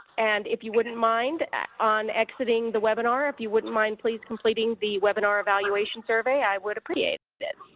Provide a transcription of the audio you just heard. and if you wouldn't mind on exiting the webinar, if you wouldn't mind please completing the webinar evaluation survey, i would appreciate it.